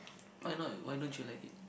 why not why don't you like it